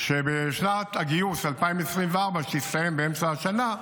שבשנת הגיוס 2024, שתסתיים באמצע השנה,